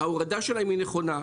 ההורדה שלהן היא נכונה.